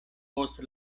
post